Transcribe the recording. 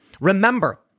Remember